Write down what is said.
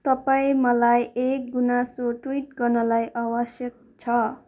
तपाईँ मलाई एक गुनासो ट्विट गर्नलाई आवश्यक छ